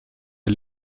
del